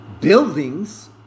buildings